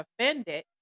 offended